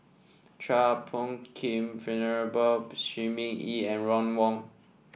Chua Phung Kim Venerable Shi Ming Yi and Ron Wong